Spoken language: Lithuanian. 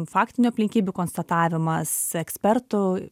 faktinių aplinkybių konstatavimas ekspertų